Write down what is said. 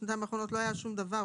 בשנתיים האחרונות לא היה שום דבר.